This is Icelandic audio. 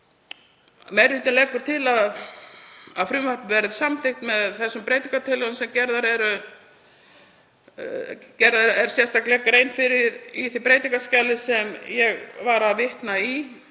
Meiri hlutinn leggur til að frumvarpið verði samþykkt með þeim breytingartillögum sem gerð er sérstaklega grein fyrir í því breytingaskjali sem ég var að vitna í.